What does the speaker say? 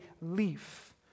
leaf